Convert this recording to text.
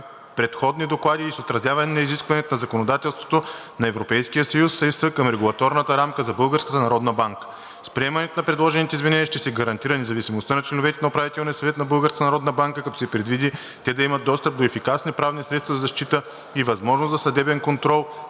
предходни доклади, и с отразяване на изискванията на законодателството на Европейския съюз (ЕС) към регулаторната рамка за Българската народна банка. С приемането на предложените изменения ще се гарантира независимостта на членовете на Управителния съвет на Българската народна банка, като се предвиди те да имат достъп до ефикасни правни средства за защита и възможност за съдебен контрол